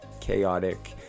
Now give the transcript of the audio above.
chaotic